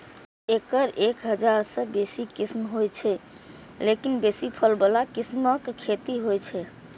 एकर एक हजार सं बेसी किस्म होइ छै, लेकिन बेसी फल बला किस्मक खेती होइ छै